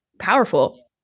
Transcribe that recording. powerful